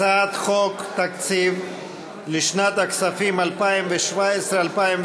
הצעת חוק התקציב לשנות הכספים 2017 ו-2018,